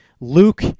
Luke